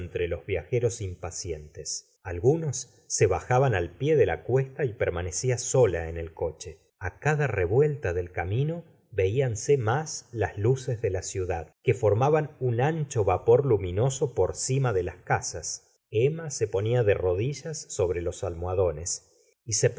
los viajeros impacientes algunos se bajaban al pie de la cuesta y permanecía sola en el coche a cada revuelta del camino veíanse más las lu ces de la ciudad que formaban un ancho vapor luminoso por cima de las casas emrna se ponía de rodillas sobre los almohadones y se